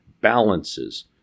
balances